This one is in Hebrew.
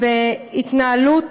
בהתנהלות